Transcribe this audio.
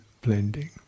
blending